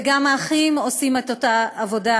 וגם האחים עושים את אותה עבודה,